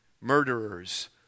murderers